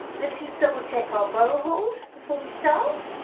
let's just double check our bow hold before we start,